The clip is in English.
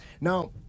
Now